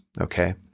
Okay